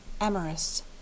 Amorous